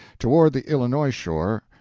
toward the illinois shore,